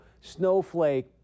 snowflake